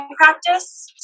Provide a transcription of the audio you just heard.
practice